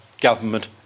government